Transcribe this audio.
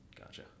Gotcha